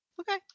Okay